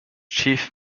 chief